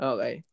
Okay